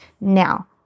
Now